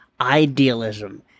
idealism